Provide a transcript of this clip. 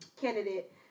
candidate